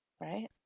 right